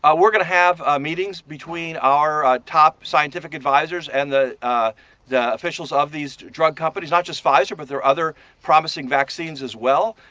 ah we're going to have meetings between our top scientific advisers and the the officials of these drug companies, not just pfizer but there are other promising vaccines as well.